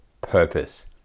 purpose